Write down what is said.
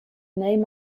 name